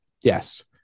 yes